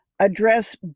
address